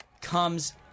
comes